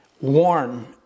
warn